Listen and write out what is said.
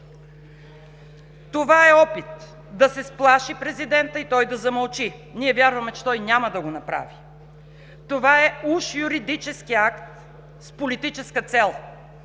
Това е опит да се сплаши президентът и той да замълчи. Ние вярваме, че той няма да го направи. Това е уж юридически акт с политическа цел